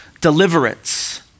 deliverance